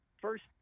First